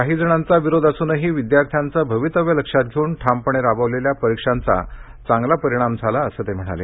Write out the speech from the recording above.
काही जणांचा विरोध असूनही विद्यार्थ्यांचं भवितव्य लक्षात घेऊन ठामपणे राबवलेल्या परीक्षांचा चांगला परिणाम झाला असं ते म्हणाले